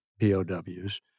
POWs